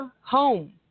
Home